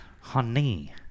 Honey